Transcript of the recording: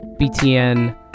BTN